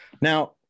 Now